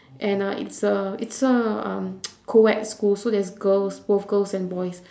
and uh it's a it's a um co-ed school so there is girls both girls and boys